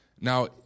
Now